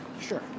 sure